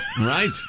Right